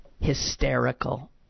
Hysterical